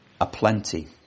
aplenty